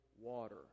water